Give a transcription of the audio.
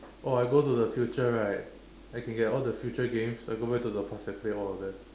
or I go to the future right I can get all the future games I go back go the past and play all of them